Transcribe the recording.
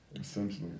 Essentially